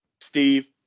Steve